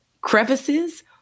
crevices